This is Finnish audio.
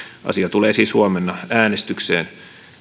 asia tulee siis huomenna äänestykseen